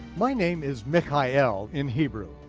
my name is mikha'el in hebrew.